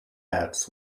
hats